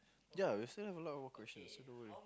ya we still have a lot more questions so don't worry